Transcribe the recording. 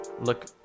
look